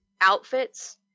outfits